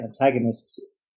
antagonists